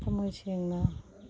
ꯊꯝꯃꯣꯏ ꯁꯦꯡꯅ